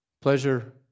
pleasure